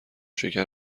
شکر